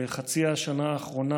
בחצי השנה האחרונה,